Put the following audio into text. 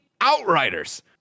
Outriders